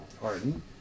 pardon